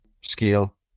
scale